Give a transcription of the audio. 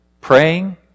praying